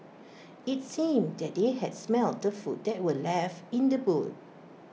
IT seemed that they had smelt the food that were left in the boot